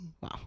Wow